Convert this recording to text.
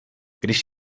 když